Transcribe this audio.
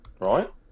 Right